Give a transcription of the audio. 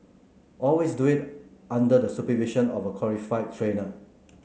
always do it under the supervision of a qualified trainer